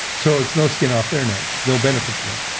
so it's no skin off their nose they'll benefit to that.